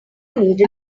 need